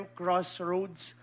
crossroads